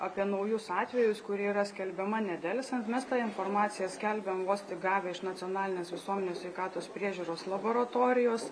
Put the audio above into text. apie naujus atvejus kurie yra skelbiama nedelsiant mes tą informaciją skelbiam vos tik gavę iš nacionalinės visuomenės sveikatos priežiūros laboratorijos